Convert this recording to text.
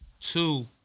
Two